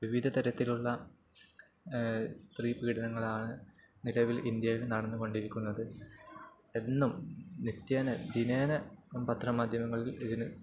വിവിധ തരത്തിലുള്ള സ്ത്രീ പീഡനനങ്ങളാണു നിലവിൽ ഇന്ത്യയിൽ നടന്നുകൊണ്ടിരിക്കുന്നത് എന്നും നിത്യേന ദിനേന പത്രമാധ്യമങ്ങളിൽ ഇതിന്